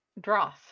Droth